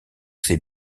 ses